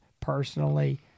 personally